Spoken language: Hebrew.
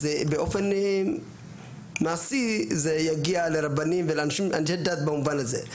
אז באופן מעשי זה יגיע לרבנים ולאנשי דת במובן הזה.